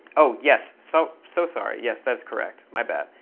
oh, yes. so so sorry, yes. that's correct, my bad.